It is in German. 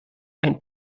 ein